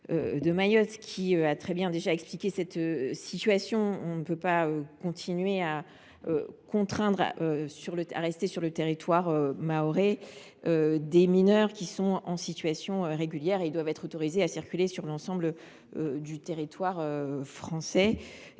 de Mayotte, qui a déjà très bien expliqué la situation. Nous ne pouvons pas continuer à contraindre à rester sur le territoire mahorais des mineurs qui sont en situation régulière : ils doivent être autorisés à circuler sur l’ensemble du territoire français.